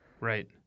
Right